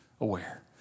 aware